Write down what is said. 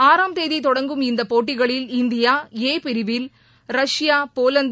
ஆறாம் தேதி தொடங்கும் இந்த போட்டிகளில் இந்தியா ஏ பிரிவில் ரஷ்பா போலாந்து